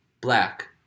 black